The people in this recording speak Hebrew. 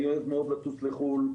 אני אוהב מאוד לטוס לחו"ל,